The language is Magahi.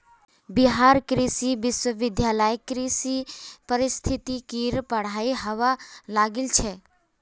बिहार कृषि विश्वविद्यालयत कृषि पारिस्थितिकीर पढ़ाई हबा लागिल छ